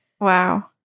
Wow